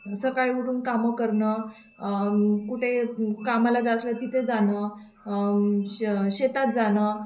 सकाळी उठून कामं करणं कुठे कामाला जाणं असेल तिथे जाणं श शेतात जाणं